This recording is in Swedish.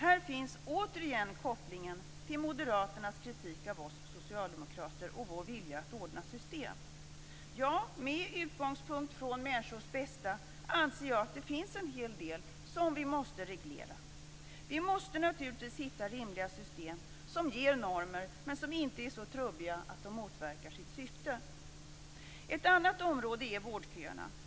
Här finns återigen kopplingen till moderaternas kritik av oss socialdemokrater och vår vilja att ordna system. Ja, med utgångspunkt från människors bästa anser jag att det finns en hel del som vi måste reglera. Vi måste naturligtvis hitta rimliga system som ger normer men som inte är så trubbiga att de motverkar sitt syfte. Ett annat område är vårdköerna.